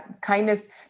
Kindness